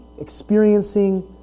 experiencing